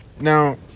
Now